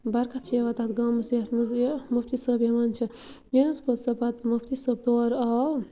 برکت چھِ یِوان تَتھ گامَس یَتھ مَنٛز یہِ مُفتی صٲب یِوان چھِ ییٚلہِ حظ پَتہٕ سُہ پَتہٕ مُفتی صٲب تور آو